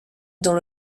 dans